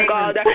God